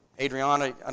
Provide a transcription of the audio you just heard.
Adriana